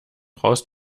braust